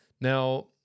Now